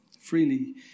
Freely